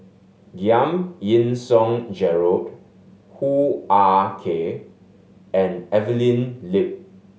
Giam Yean Song Gerald Hoo Ah Kay and Evelyn Lip